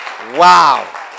Wow